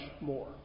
more